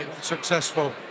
successful